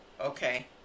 Okay